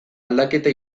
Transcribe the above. aldaketa